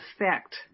effect